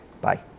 Bye